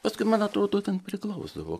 paskui man atrodo ten priglausdavo